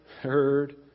heard